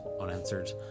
unanswered